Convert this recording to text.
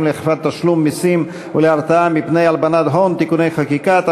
לאכיפת תשלום מסים ולהרתעה מפני הלבנת הון) (תיקוני חקיקה),